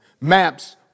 Maps